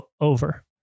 over